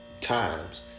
times